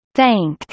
thank